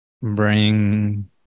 bring